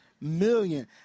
million